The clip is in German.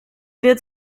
wird